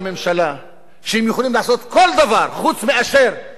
שיכולים לעשות כל דבר חוץ מאשר למלא את תפקידם,